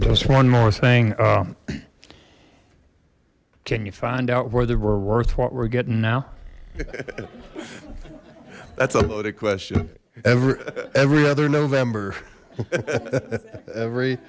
just one more thing can you find out where they were worth what we're getting now that's a loaded question every every other november every